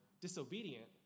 disobedient